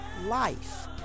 life